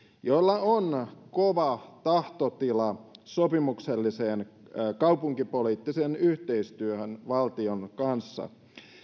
joilla on kova tahtotila sopimukselliseen kaupunkipoliittiseen yhteistyöhön valtion kanssa